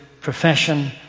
profession